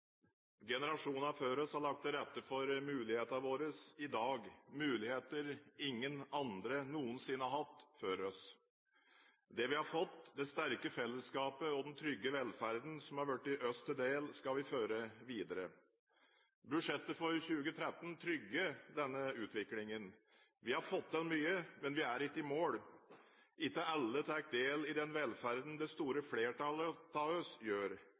Generasjonene før oss har lagt til rette for våre muligheter i dag, muligheter ingen andre før oss noensinne har hatt. Det vi har fått – det sterke fellesskapet og den trygge velferden som er blitt oss til del – skal vi føre videre. Budsjettet for 2013 trygger denne utviklingen. Vi har fått til mye, men vi er ikke i mål. Ikke alle tar del i den velferden det store flertallet av